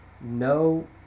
no